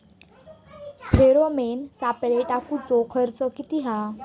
Pheromone सापळे टाकूचो खर्च किती हा?